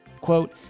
Quote